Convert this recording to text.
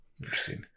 Interesting